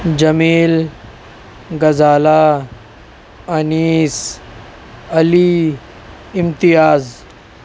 Jamil Ghazala Anis Ali Imtiaz